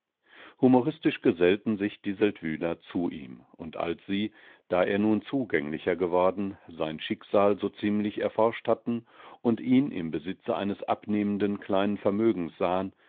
humoristisch gesellten sich die seldwyler zu ihm und als sie da er nun zugänglicher geworden sein schicksal so ziemlich erforscht hatten und ihn im besitze seines abnehmenden kleinen vermögens sahen